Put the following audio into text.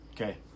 Okay